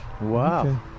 Wow